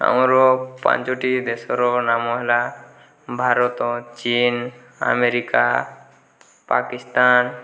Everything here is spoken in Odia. ଆମର ପାଞ୍ଚଟି ଦେଶର ନାମ ହେଲା ଭାରତ ଚୀନ ଆମେରିକା ପାକିସ୍ତାନ